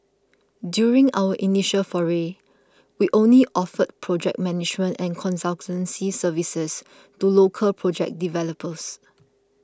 during our initial foray we only offered project management and consultancy services to local project developers